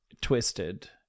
twisted